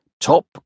top